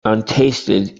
untasted